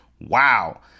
Wow